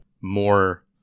more